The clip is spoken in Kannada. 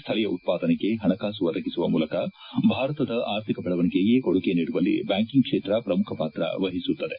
ಸ್ಥಳೀಯ ಉತ್ಪಾದನೆಗೆ ಹಣಕಾಸು ಒದಗಿಸುವ ಮೂಲಕ ಭಾರತದ ಆರ್ಥಿಕ ಬೆಳವಣಿಗೆಗೆ ಕೊಡುಗೆ ನೀಡುವಲ್ಲಿ ಬ್ಡಾಂಕಿಂಗ್ ಕ್ಷೇತ್ರ ಪ್ರಮುಖ ಪಾತ್ರ ವಹಿಸುತ್ತದೆ